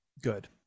good